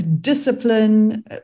discipline